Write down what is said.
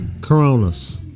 Coronas